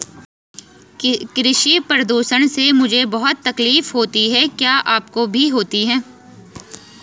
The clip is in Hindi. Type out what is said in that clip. कृषि प्रदूषण से मुझे बहुत तकलीफ होती है क्या आपको भी होती है